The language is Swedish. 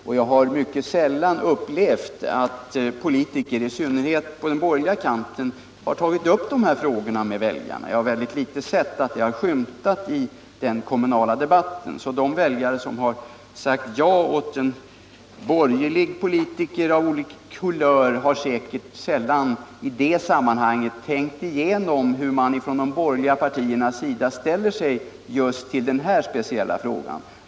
Och jag har mycket sällan upplevt att politiker, i synnerhet på den borgerliga kanten, tagit upp de här frågorna med väljarna. Jag har sett väldigt litet av det i den kommunala debatten. De väljare som sagt ja till borgerliga politiker av olika kulörer har säkert sällan i det sammanhanget tänkt igenom hur man från de borgerliga partiernas sida ställer sig just till den här speciella frågan.